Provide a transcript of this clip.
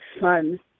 son